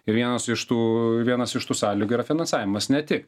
ir vienas iš tų vienas iš tų sąlygų yra finansavimas ne tik